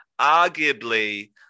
arguably